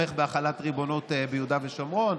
תומך בהחלת ריבונות ביהודה ושומרון.